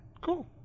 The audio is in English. Cool